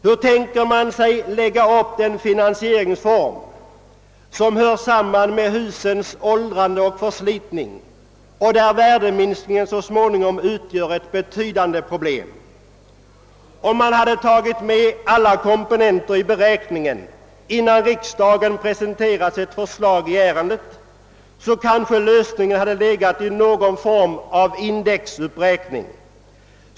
Hur tänker man sig att lägga upp den finansieringsform som tar hänsyn till husets åldrande och förslitning, varvid värdeminskningen så småningom utgör ett betydande problem? Om man hade tagit med alla komponenter i sammanhanget innan riksdagen presenterats ett förslag i ärendet hade lösningen kanske legat i någon form av indexuppräkning.